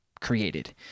created